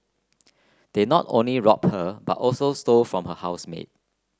they not only robbed her but also stole from her housemate